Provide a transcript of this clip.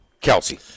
Kelsey